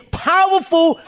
powerful